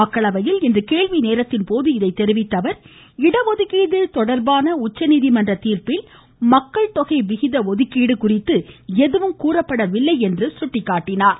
மக்களவையில் இன்று கேள்வி ஒன்றிற்கு பதில் அளித்த அவர் இடஒதுக்கீடு தொடா்பான உச்சநீதிமன்ற தீாப்பில் மக்கள்தொகை விகித ஒதுக்கீடு குறித்து எதுவும் கூறப்படவில்லை என்றும் சுட்டிக்காட்டினார்